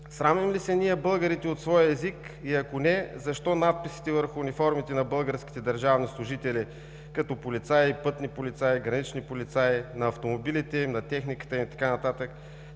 срамим ли се ние българите от своя език и ако не, защо надписите върху униформите на българските държавни служители, като полицаи, пътни полицаи, гранични полицаи, на автомобилите им, на техниката им